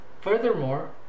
furthermore